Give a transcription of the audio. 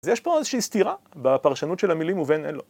‫אז יש פה איזושהי סתירה ‫בפרשנות של המילים ובין אלו.